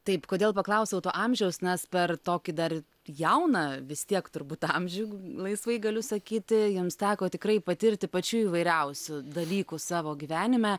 taip kodėl paklausiau to amžiaus nes per tokį dar jauną vis tiek turbūt amžių laisvai galiu sakyti jums teko tikrai patirti pačių įvairiausių dalykų savo gyvenime